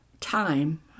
time